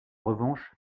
revanche